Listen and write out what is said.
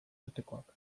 urtekoak